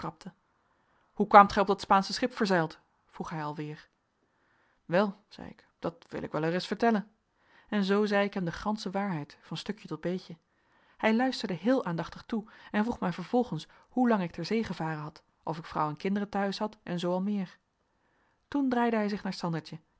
hoe kwaamt gij op dat spaansche schip verzeild vroeg hij alweer wel zei ik dat wil ik wel ereis vertellen en zoo zei ik hem de gansche waarheid van stukje tot beetje hij luisterde heel aandachtig toe en vroeg mij vervolgens hoe lang ik ter zee gevaren had of ik vrouw en kinderen te huis had en zoo al meer toen draaide hij zich naar sandertje